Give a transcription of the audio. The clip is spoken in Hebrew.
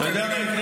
כנראה.